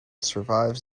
survives